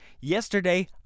Yesterday